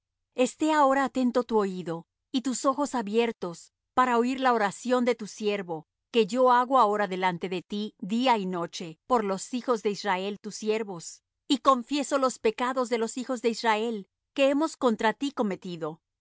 esté ahora atento tu oído y tus ojos abiertos para oír la oración de tu siervo que yo hago ahora delante de ti día y noche por los hijos de israel tus siervos y confieso los pecados de los hijos de israel que hemos contra ti cometido